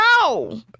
No